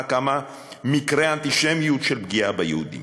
כמה מקרי אנטישמיות של פגיעה ביהודים.